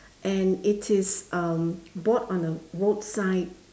and it is um bought on a road side